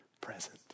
present